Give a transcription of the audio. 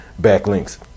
backlinks